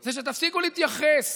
זה שתפסיקו להתייחס